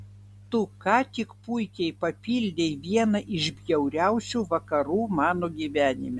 tu ką tik puikiai papildei vieną iš bjauriausių vakarų mano gyvenime